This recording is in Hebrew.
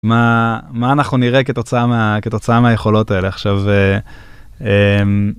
מה אנחנו נראה כתוצאה מהיכולות האלה עכשיו.